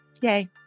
Yay